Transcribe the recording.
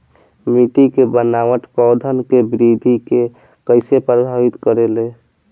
मिट्टी के बनावट पौधन के वृद्धि के कइसे प्रभावित करे ले?